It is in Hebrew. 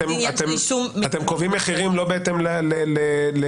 אתם קובעים מחירים לא בהתאם --- לא,